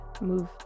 move